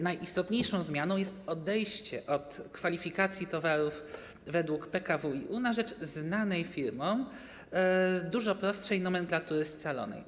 Najistotniejszą zmianą jest odejście od kwalifikacji towarów według PKWiU na rzecz znanej firmom, dużo prostszej nomenklatury scalonej.